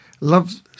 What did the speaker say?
love